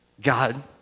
God